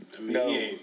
No